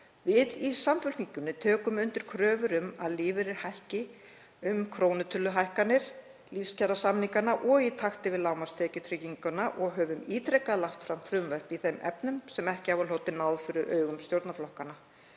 Við í Samfylkingunni tökum undir kröfur um að lífeyrir hækki um krónutöluhækkanir lífskjarasamninganna og í takti við lágmarkstekjutrygginguna. Við höfum ítrekað lagt fram frumvörp í þeim efnum sem ekki hafa hlotið náð fyrir augum stjórnarflokkanna.